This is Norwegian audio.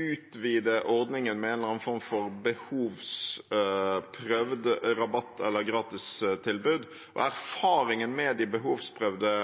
utvide ordningen med en eller annen form for behovsprøvd rabatt eller gratistilbud. Erfaringene med de behovsprøvde